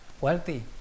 wealthy